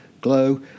glow